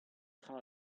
tra